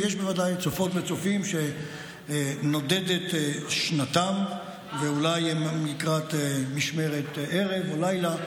ויש בוודאי צופות וצופים שנודדת שנתם ואולי הם לקראת משמרת ערב או לילה,